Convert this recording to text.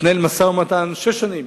שש שנים